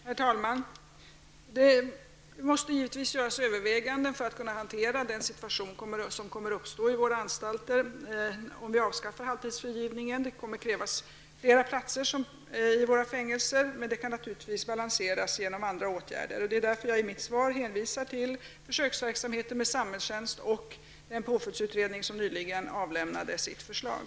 Herr talman! Det måste givetvis göras överväganden för att man skall kunna hantera den situation som kommer att uppstå på våra anstalter om vi avskaffar halvtidsfrigivningen. Det kommer att krävas flera platser i våra fängelser, men det kan naturligtvis balanseras genom andra åtgärder. Därför hänvisade jag i mitt svar till försöksverksamhet med samhällstjänst och den påföljdsutredning som nyligen avlämnade sitt förslag.